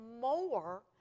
more